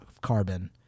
carbon